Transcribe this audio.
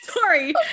Sorry